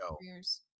careers